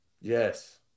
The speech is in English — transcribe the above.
yes